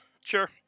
sure